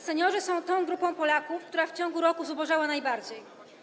Seniorzy są tą grupą Polaków, która w ciągu roku zubożała najbardziej.